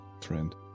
friend